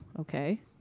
Okay